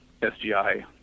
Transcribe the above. SGI